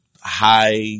high